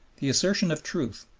the assertion of truth,